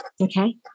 Okay